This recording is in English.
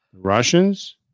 Russians